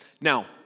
Now